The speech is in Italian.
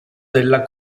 della